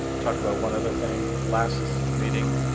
talk about one other thing. last meeting,